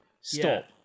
Stop